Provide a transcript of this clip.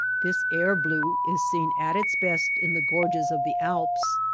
this air-blue is seen at its best in the gorges of the alps,